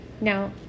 Now